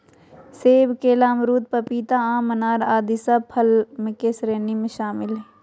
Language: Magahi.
सेब, केला, अमरूद, पपीता, आम, अनार आदि सब फल के श्रेणी में शामिल हय